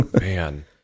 man